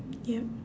yup